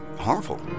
harmful